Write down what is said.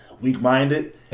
weak-minded